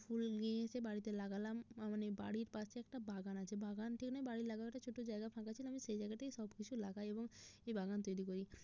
ফুল নিয়ে এসে বাড়িতে লাগালাম মানে বাড়ির পাশে একটা বাগান আছে বাগান ঠিক নয় বাড়ির লাগোয়া একটা ছোটো জায়গা ফাঁকা ছিল আমি সেই জায়গাতেই সব কিছু লাগাই এবং এই বাগান তৈরি করি